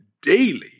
daily